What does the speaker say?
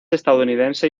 estadounidense